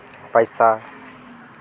ᱯᱚᱭᱥᱟ